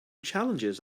challenges